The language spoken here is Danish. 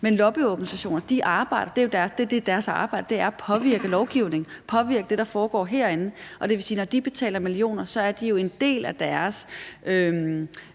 Men lobbyorganisationer arbejder for at påvirke lovgivning og påvirke det, der foregår herinde. Det vil sige, at når de betaler millioner, er det jo en del af deres